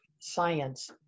science